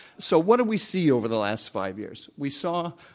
so, what did we see over the last five years? we saw,